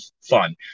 fun